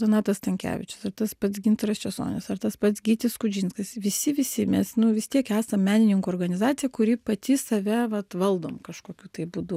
donatas stankevičius ar tas pats gintaras česonis ar tas pats gytis skudžinskas visi visi mes nu vis tiek esam menininkų organizacija kuri pati save vat valdom kažkokiu būdu